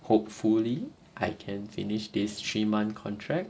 hopefully I can finish this three month contract